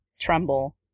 tremble